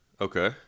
Okay